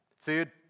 Third